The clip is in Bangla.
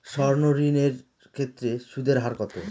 সর্ণ ঋণ এর ক্ষেত্রে সুদ এর হার কত?